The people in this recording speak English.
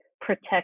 protect